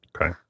Okay